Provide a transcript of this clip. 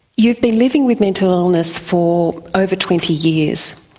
you've been living with mental illness for over twenty years.